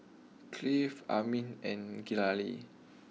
Cliff Aimee and Galilea